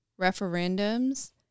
referendums